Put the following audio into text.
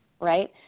right